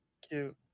Cute